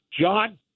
John